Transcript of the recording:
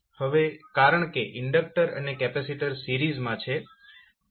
હવે કારણ કે ઇન્ડક્ટર અને કેપેસિટર સિરીઝમાં છે ઇન્ડકટર કરંટ અને કેપેસિટર કરંટ સમાન છે